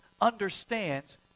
understands